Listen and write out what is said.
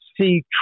see